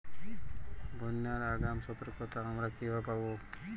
বন্যার আগাম সতর্কতা আমরা কিভাবে পাবো?